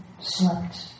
slept